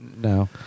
No